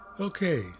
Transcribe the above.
Okay